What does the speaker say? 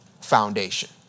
foundation